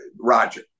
Roger